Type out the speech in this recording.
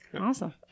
Awesome